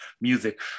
music